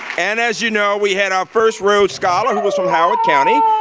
and as you know we had our first rhodes scholar who was from howard county,